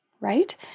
right